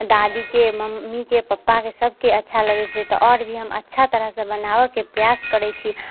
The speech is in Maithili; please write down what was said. दादीके मम्मीके पप्पाके सबके अच्छा लगै छै तऽ आओर भी हम अच्छा तरहसँ बनाबऽके प्रयास करै छी